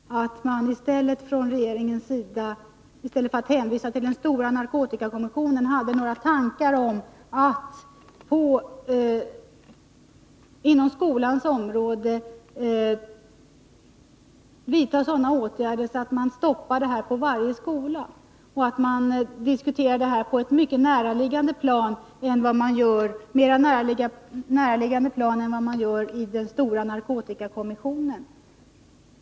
Herr talman! Jag hade faktiskt trott att man från regeringens sida i stället för att hänvisa till den stora narkotikakommissionen hade några tankar om att inom skolans område vidta sådana åtgärder att man stoppar narkotikan på varje skola och att man diskuterar problemet på ett mycket mer näraliggande plan än man gör i den stora narkotikakommissionen.